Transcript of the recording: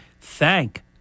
Thank